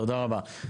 תודה רבה.